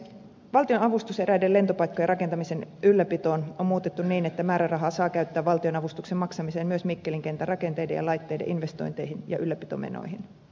valtion avustusta eräiden lentopaikkojen rakentamisen ylläpitoon on muutettu niin että määrärahaa saa käyttää valtion avustuksen maksamiseen myös mikkelin kentän rakenteiden ja laitteiden investointeihin ja ylläpitomenoihin